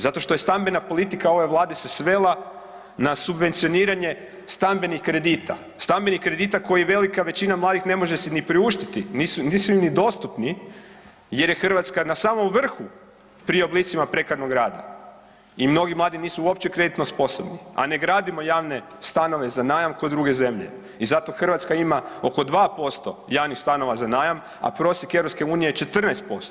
Zato što je stambena politika ove vlade se svela na subvencioniranje stambenih kredita, stambenih kredita koji velika većina mladih ne može si ni priuštiti, nisu, nisu im ni dostupni jer je Hrvatska na samom vrhu pri oblicima prekarnog rada i mnogi mladi nisu uopće kreditno sposobni, a ne gradimo javne stanove za najam ko druge zemlje i zato Hrvatska ima oko 2% javnih stanova za najam, a prosjek EU je 14%